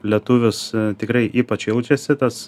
lietuvius tikrai ypač jaučiasi tas